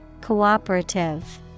Cooperative